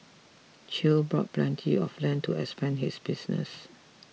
Chew bought plenty of land to expand his business